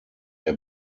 der